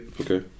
Okay